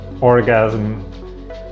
orgasm